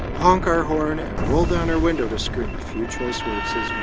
honk our horn, and roll down our window to scream a few choice words